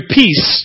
peace